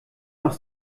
noch